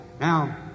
Now